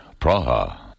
Praha